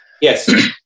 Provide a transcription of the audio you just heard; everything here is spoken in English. Yes